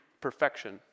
perfection